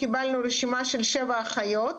לגבי תקציב אופק ישראלי,